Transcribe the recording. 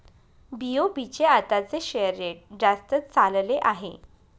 BOB चे आताचे share rate जास्तच चालले आहे